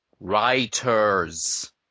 Writers